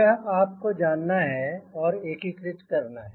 यह आपको जानना है और एकीकृत करना है